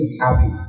happy